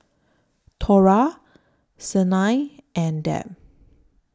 Thora Siena and Deb